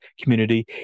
community